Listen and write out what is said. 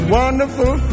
wonderful